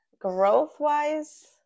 growth-wise